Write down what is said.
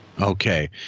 Okay